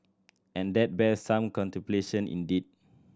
and that bears some contemplation indeed